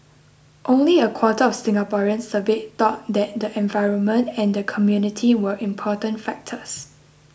only a quarter of Singaporeans surveyed thought that the environment and the community were important factors